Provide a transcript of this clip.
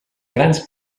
grans